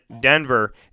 Denver